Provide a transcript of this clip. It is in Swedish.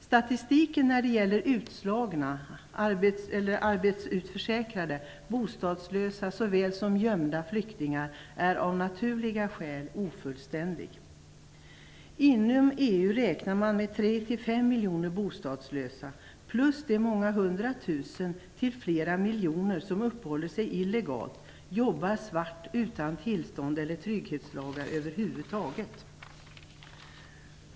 Statistiken när det gäller utförsäkrade arbetslösa och bostadslösa såväl som gömda flyktingar är av naturliga skäl ofullständig. Inom EU räknar man med 3-5 miljoner bostadslösa, plus de många hundra tusen till flera miljoner som uppehåller sig illegalt och jobbar svart utan tillstånd eller trygghetslagar över huvud taget.